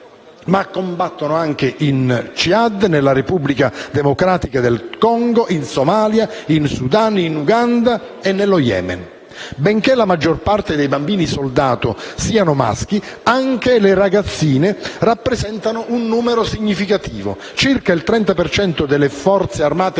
ma combattono anche in Ciad, nella Repubblica democratica del Congo, in Somalia, in Sudan, in Uganda e nello Yemen. Benché la maggior parte dei bambini-soldato siano maschi, anche le ragazzine rappresentano un numero significativo. Circa il 30 per cento delle forze armate